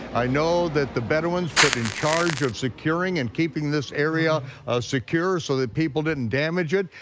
i know that the bedouins put in charge of securing and keeping this area secure so that people didn't damage it,